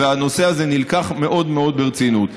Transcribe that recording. והנושא הזה נלקח מאוד מאוד ברצינות.